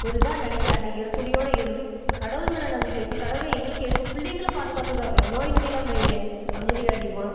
ஒரு இதாக நினைக்கில அந்த ஈர துணியோடயே இருந்து கடவுள் மேலே நம்பிக்கை வச்சு கடவுளே எங்களுக்கு எங்கள் பிள்ளைங்களை பாதுகாத்து தாங்க நோய்நொடி இல்லாமல் வைங்க அப்படின்னு சொல்லி வேண்டிப்போனோம்